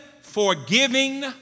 forgiving